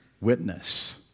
witness